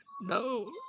no